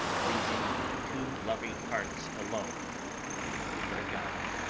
leaving the two loving hearts alone with their god.